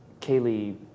Kaylee